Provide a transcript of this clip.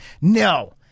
No